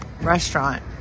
restaurant